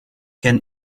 can